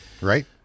Right